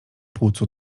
płucu